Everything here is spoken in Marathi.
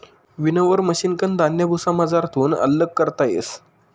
विनोवर मशिनकन धान्य भुसामझारथून आल्लग करता येस